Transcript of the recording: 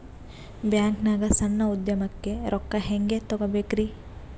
ಬ್ಯಾಂಕ್ನಾಗ ಸಣ್ಣ ಉದ್ಯಮಕ್ಕೆ ರೊಕ್ಕ ಹೆಂಗೆ ತಗೋಬೇಕ್ರಿ?